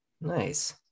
nice